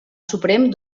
suprem